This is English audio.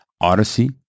Odyssey